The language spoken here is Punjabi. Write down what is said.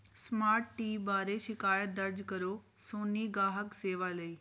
ਸਮਾਰਟ ਟੀ ਬਾਰੇ ਸ਼ਿਕਾਇਤ ਦਰਜ ਕਰੋ ਸੋਨੀ ਗਾਹਕ ਸੇਵਾ ਲਈ